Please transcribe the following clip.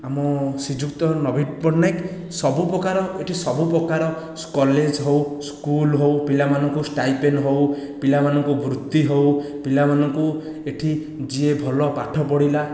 ଆମ ଶ୍ରୀଯୁକ୍ତ ନବୀନ ପଟ୍ଟନାୟକ ସବୁପ୍ରକାର ଏଠି ସବୁପ୍ରକାର କଲେଜ ହେଉ ସ୍କୁଲ ହେଉ ପିଲାମାନଙ୍କୁ ଷ୍ଟାଇପେନ ହେଉ ପିଲାମାନଙ୍କୁ ବୃତି ହେଉ ପିଲାମାନଙ୍କୁ ଏଠି ଯିଏ ଭଲ ପାଠ ପଢ଼ିଲା